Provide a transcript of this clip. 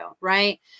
right